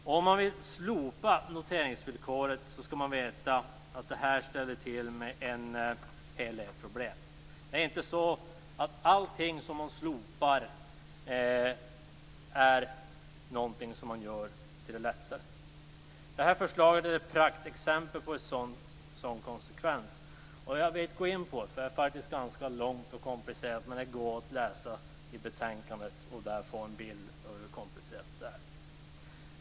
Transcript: Den som är för att slopa noteringsvillkoret skall veta att detta skulle ställa till med en hel del problem. Det är inte så att allting blir lättare bara för att man slopar något, och det här förslaget är ett praktexempel på det. Jag skall inte gå närmare in på detta, eftersom det är ganska långt och komplicerat. Den som läser betänkandet kan få en bild av hur komplicerat det är.